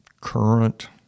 current